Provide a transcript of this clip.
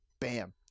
Bam